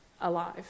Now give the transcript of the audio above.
alive